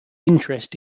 interest